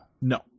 No